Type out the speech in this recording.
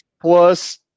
plus